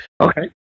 Okay